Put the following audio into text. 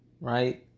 right